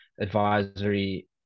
advisory